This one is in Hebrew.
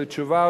ולתשובה,